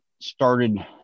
started